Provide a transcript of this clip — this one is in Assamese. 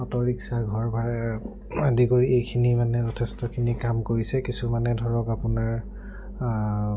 অ'ট' ৰিক্সা ঘৰ ভাড়া আদি কৰি এইখিনি মানে যথেষ্টখিনি কাম কৰিছে কিছুমানে ধৰক আপোনাৰ